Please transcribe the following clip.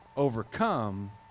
overcome